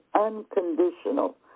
unconditional